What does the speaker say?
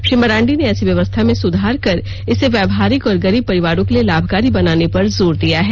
श्री मरांडी ने ऐसी व्यवस्था में सुधार कर इसे व्यावहारिक और गरीब परिवारों के लिए लाभकारी बनाने पर जोर दिया है